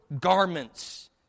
garments